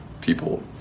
people